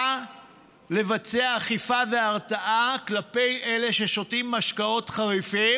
בא לבצע אכיפה והרתעה כלפי אלה ששותים משקאות חריפים